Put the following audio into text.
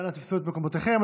אנא תפסו את מקומותיכם.